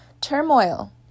turmoil